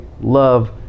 Love